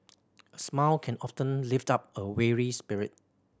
a smile can often lift up a weary spirit